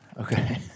Okay